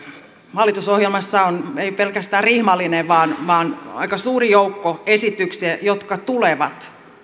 hallitusohjelmassa on ei pelkästään rihmallinen vaan vaan aika suuri joukko esityksiä jotka tulevat